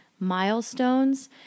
milestones